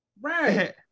Right